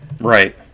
right